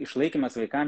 išlaikymas vaikam